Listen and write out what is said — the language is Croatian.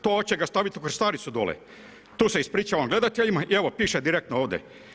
To će ga staviti u Krstaricu dole, tu se ispričavam gledateljima i evo piše direktno ovde.